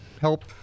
help